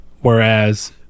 whereas